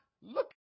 look